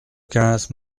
quinze